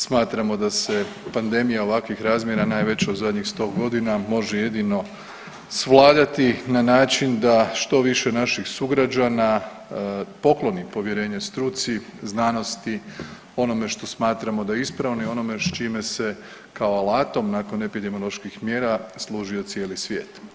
Smatramo da se pandemija ovakvih razmjera najveća u zadnjih sto godina može jedino svladati na način da što više naših sugrađana pokloni povjerenje struci, znanosti, onome što smatramo da je ispravno i onome s čime se kao alatom nakon epidemioloških mjera služio cijeli svijet.